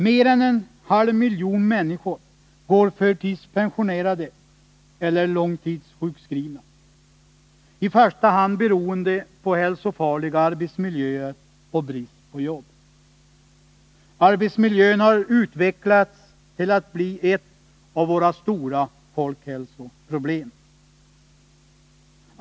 Mer än en halv miljon människor går förtidspensionerade eller långtidssjukskrivna, i första hand beroende på hälsofarliga arbetsmiljöer och brist på jobb. Arbetsmiljön har utvecklats till att bli ett av våra stora folkhälsoproblem.